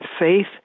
faith